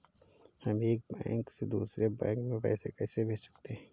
हम एक बैंक से दूसरे बैंक में पैसे कैसे भेज सकते हैं?